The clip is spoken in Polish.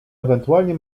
ewentualnie